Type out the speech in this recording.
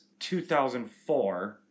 2004